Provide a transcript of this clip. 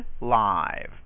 live